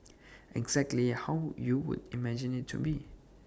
exactly how you would imagine IT to be